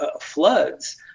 floods